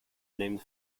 named